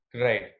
right